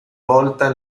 volta